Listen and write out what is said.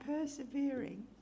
persevering